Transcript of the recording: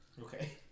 okay